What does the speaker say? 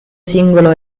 singolo